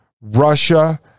Russia